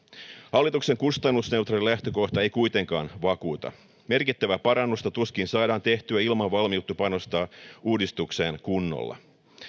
hallituksen kustannusneutraali lähtökohta ei kuitenkaan vakuuta merkittävää parannusta tuskin saadaan tehtyä ilman valmiutta panostaa uudistukseen kunnolla